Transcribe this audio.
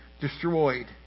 destroyed